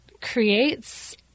creates